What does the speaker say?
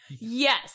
Yes